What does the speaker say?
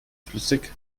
flüssig